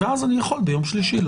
אז אני יכול לדון בהן ביום שלישי.